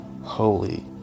holy